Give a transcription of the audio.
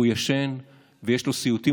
והוא ישן ויש לו סיוטים,